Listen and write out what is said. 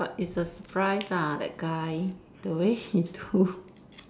but it's a surprise ah that guy the way he do